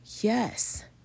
yes